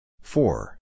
four